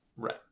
right